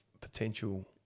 potential